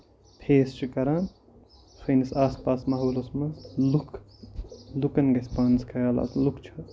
face چھُ کران سٲنِس آس پاس ماحولَس منٛز لُکھ لُکن گژھِ پانَس خَیال آسُن لُکھ چھِ